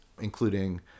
including